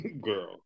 girl